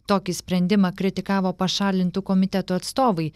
tokį sprendimą kritikavo pašalintų komitetų atstovai